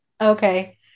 Okay